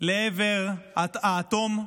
לעבר האטום,